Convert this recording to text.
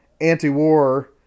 anti-war